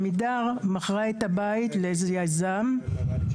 רכישת הבעלות על ידי הבעלים שגרים ביפו.